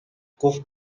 گفت